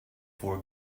for